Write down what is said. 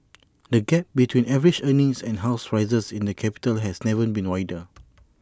the gap between average earnings and house prices in the capital has never been wider